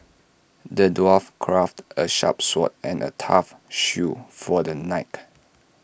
the dwarf crafted A sharp sword and A tough shield for the knight